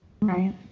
Right